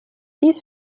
dies